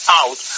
out